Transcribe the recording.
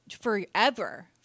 forever